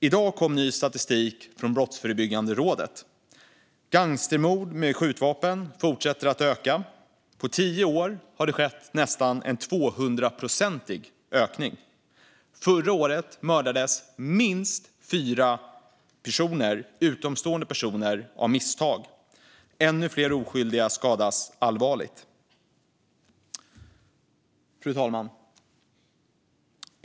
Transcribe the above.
I dag kom ny statistik från Brottsförebyggande rådet. Gangstermord med skjutvapen fortsätter att öka. På tio år är ökningen nästan 200-procentig. Förra året mördades minst fyra utomstående personer av misstag. Ännu fler oskyldiga skadades allvarligt. Fru talman!